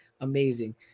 amazing